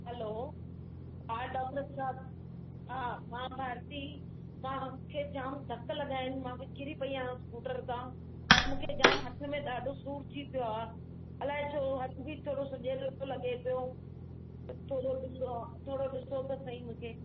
हलो हा डॉक्टर साहिबु हा मां भारती मूंखे जाम धक लॻा आहिनि मां किरी पई आहियां स्कूटर तां मूंखे जाम हथ में ॾाढो सूर थी पियो आहे अलाए छो हथु बि थोरो सुॼियल लॻे पियो थोरो ॾिसो थोरो ॾिसो त सही मूंखे